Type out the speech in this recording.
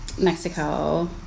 Mexico